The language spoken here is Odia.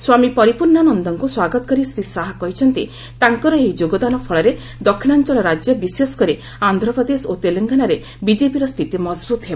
ସ୍ୱାମୀ ପରିପର୍ଶ୍ଣାନନ୍ଦଙ୍କୁ ସ୍ୱାଗତ କରି ଶ୍ରୀ ଶାହା କହିଛନ୍ତି ତାଙ୍କର ଏହି ଯୋଗଦାନ ଫଳରେ ଦକ୍ଷିଣାଞ୍ଚଳ ରାଜ୍ୟ ବିଶେଷକରି ଆନ୍ଧ୍ରପ୍ରଦେଶ ଓ ତେଲଙ୍ଗାନାରେ ବିଜେପିର ସ୍ଥିତି ମଜବୁତ୍ ହେବ